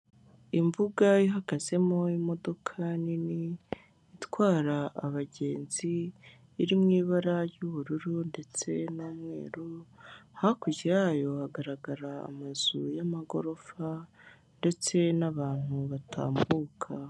Imbuga ihagazemo imodoka nini itwara abagenzi iri mu ibara ry'ubururu ndetse n'umweru, hakurya yayo hagaragara amazu y'amagorofa ndetse n'abantu batambuka.